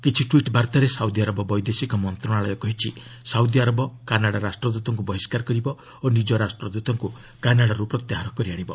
କିଛି ଟ୍ୱିଟ୍ ବାର୍ତ୍ତାରେ ସାଉଦିଆରବ ବୈଦେଶିକ ମନ୍ତ୍ରଣାଳୟ କହିଛି ସାଉଦିଆରବ କାନାଡା ରାଷ୍ଟ୍ରଦୂତଙ୍କୁ ବହିଷ୍କାର କରିବ ଓ ନିଜ ରାଷ୍ଟ୍ରଦୂତଙ୍କୁ କାନାଡାରୁ ପ୍ରତ୍ୟାହାର କରି ଆଶିବ